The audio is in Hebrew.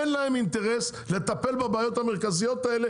אין להם אינטרס לטפל בבעיות המרכזיות האלה